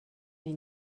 may